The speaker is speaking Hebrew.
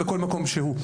בכל מקום שהוא,